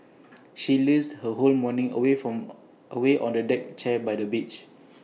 she lazed her whole morning away on A deck chair by the beach